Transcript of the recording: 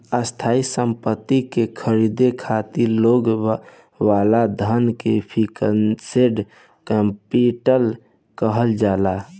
स्थायी सम्पति के ख़रीदे खातिर लागे वाला धन के फिक्स्ड कैपिटल कहल जाला